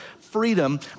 freedom